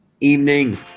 evening